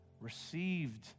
received